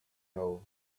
now